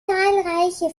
zahlreiche